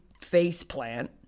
faceplant